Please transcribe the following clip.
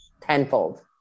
tenfold